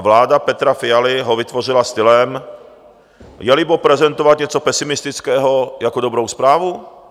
Vláda Petra Fialy ho vytvořila stylem: je libo prezentovat něco pesimistického jako dobrou zprávu?